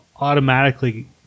automatically